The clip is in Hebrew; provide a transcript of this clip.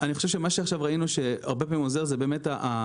אני חושב שמה שראינו עכשיו שעוזר הרבה פעמים זה באמת האמירות